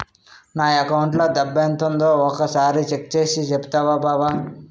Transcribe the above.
నా అకౌంటులో డబ్బెంతుందో ఒక సారి చెక్ చేసి చెప్పవా బావా